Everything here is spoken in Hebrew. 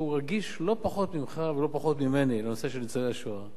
שהוא רגיש לא פחות ממך ולא פחות ממני לנושא ניצולי השואה,